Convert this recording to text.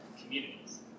communities